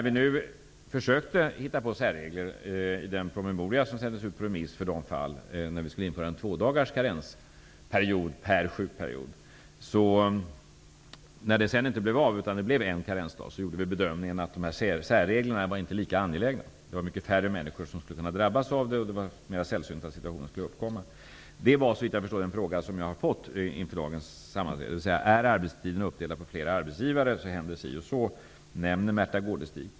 Vi försökte att hitta på särregler för dessa fall i den promemoria som sändes ut på remiss när vi skulle införa två karensdagar per sjukperiod. När det sedan inte blev av, utan det blev en karensdag, gjorde vi bedömningen att dessa särregler inte var lika angelägna. Det var mycket färre människor som skulle kunna drabbas av det. Det var mer sällsynt att situationen skulle uppkomma. Det var såvitt jag förstår den fråga som jag har fått inför dagens sammanträde. Om arbetstiden är uppdelad på flera arbetsgivare händer si och så, säger Märtha Gårdestig.